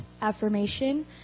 affirmation